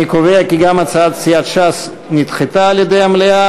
אני קובע כי גם הצעת סיעת ש"ס נדחתה על-ידי המליאה.